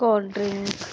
cold drink